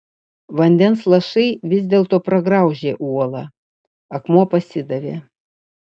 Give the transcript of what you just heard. vandens lašai vis dėlto pragraužė uolą akmuo pasidavė